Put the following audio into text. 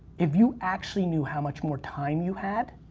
if you actually knew how much more time you had,